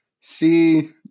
see